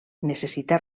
necessita